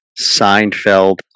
Seinfeld